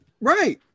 Right